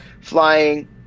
flying